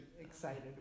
excited